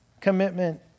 commitment